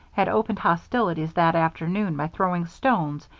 had opened hostilities that afternoon by throwing stones,